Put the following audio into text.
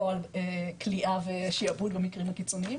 או כליאה ושיעבוד במקרים הקיצוניים.